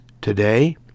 Today